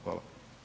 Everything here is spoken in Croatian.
Hvala.